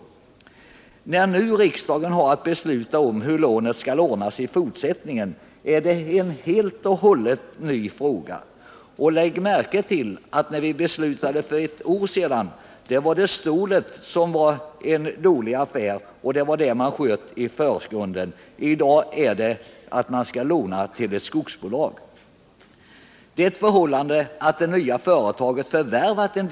När nu riksdagen har att besluta om hur lånet skall ordnas i fortsättningen är det en helt och hållet ny fråga. Det förhållandet att det nya företaget förvärvat en del av Uddeholms rörelse förändrar ingenting därvidlag. Lägg märke till att vid beslutet för ett år sedan var det stålet som var en dålig affär och det som sköts i förgrunden.